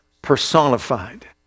personified